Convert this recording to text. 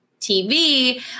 TV